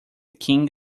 king